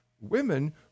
women